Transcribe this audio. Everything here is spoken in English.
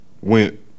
went